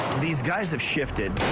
these guys have shifted